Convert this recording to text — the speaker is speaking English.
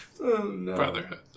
Brotherhood